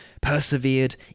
persevered